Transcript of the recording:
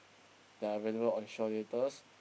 that are available on Shaw-Theatres